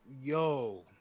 Yo